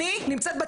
אין לנו